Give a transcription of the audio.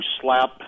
slap